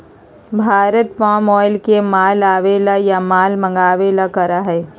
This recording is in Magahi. भारत पाम ऑयल के माल आवे ला या माल मंगावे ला करा हई